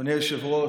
אדוני היושב-ראש,